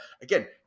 again